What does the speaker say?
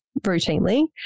routinely